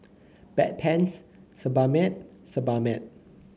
Bedpans Sebamed Sebamed